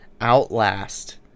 Outlast